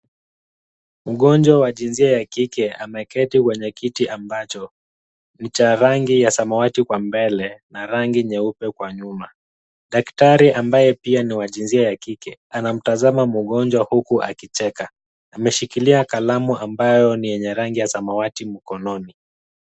Mgonjwa wa jinsia ya kike ameketi kwenye kiti ambacho ni cha rangi ya samawati kwa mbele na rangi nyeupe kwa nyuma. Daktari ambaye pia ni wa jinsia ya kike anamtazama mgonjwa huku akicheka. Ameshikilia kalamu ambayo ni yenye rangi ya samawati mkononi.